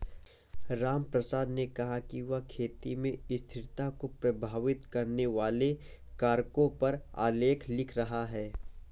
रामप्रसाद ने कहा कि वह खेती में स्थिरता को प्रभावित करने वाले कारकों पर आलेख लिख रहा है